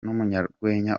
n’umunyarwenya